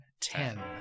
ten